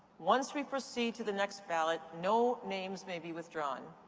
once we proceed to the next ballot, no names may be withdrawn.